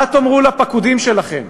מה תאמרו לפקודים שלכם?